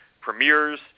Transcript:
premieres